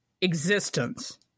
existence